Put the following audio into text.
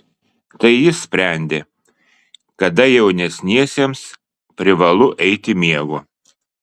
tai jis sprendė kada jaunesniesiems privalu eiti miego